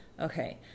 Okay